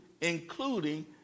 including